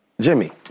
Jimmy